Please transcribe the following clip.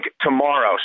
tomorrow